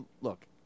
look